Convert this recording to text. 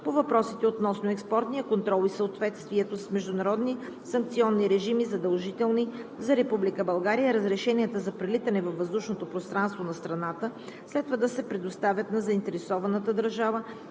По въпросите относно експортния контрол и съответствието с международни санкционни режими, задължителни за Република България, разрешенията за прелитане във въздушното пространство на страната следва да се предоставят на заинтересованата държава